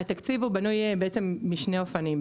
התקציב בנוי משני אופנים.